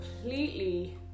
completely